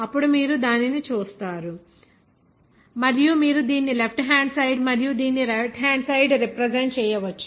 అప్పుడు మీరు దానిని చూస్తారు మరియు మీరు దీన్ని లెఫ్ట్ హ్యాండ్ సైడ్ మరియు దీనిని రైట్ హ్యాండ్ సైడ్ రిప్రజెంట్ చేయవచ్చు